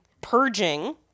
purging